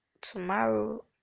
tomorrow